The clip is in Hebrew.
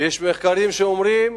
ויש מחקרים שאומרים: